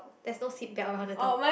there's no seat belt on the dog